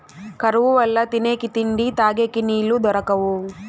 కరువు వల్ల తినేకి తిండి, తగేకి నీళ్ళు దొరకవు